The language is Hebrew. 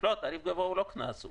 תעריף גבוה הוא לא קנס.